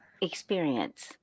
Experience